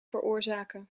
veroorzaken